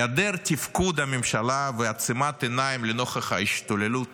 היעדר תפקוד הממשלה ועצימת העיניים נוכח השתוללות